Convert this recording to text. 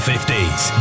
50s